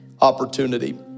opportunity